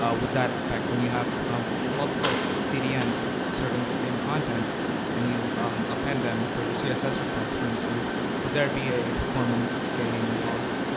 ah would that affect when you have multiple cdns serving the same content and you append them for your css requests, for instance would there be a performance gain loss?